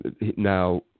Now